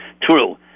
True